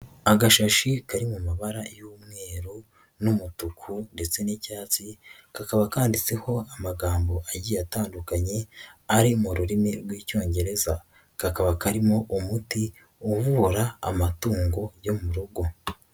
Agashashi kari mu mabara y'umweru n'umutuku ndetse n'icyatsi kakaba kanditseho amagambo agiye atandukanye ari mu rurimi rw'Icyongereza kakaba karimo umuti uvura amatungo yo mu rugo.